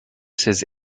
says